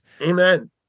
Amen